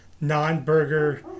non-burger